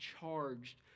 charged